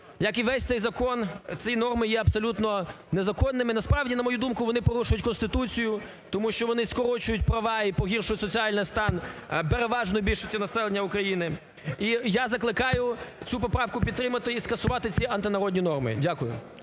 Як і весь цей закон, ці норми є абсолютно незаконними. Насправді, на мою думку, вони порушують Конституцію, тому що вони скорочують права і погіршують соціальний стан переважної більшості населення України. І я закликаю цю поправку підтримати і скасувати ці антинародні норми. Дякую.